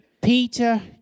Peter